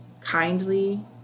kindly